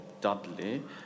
Dudley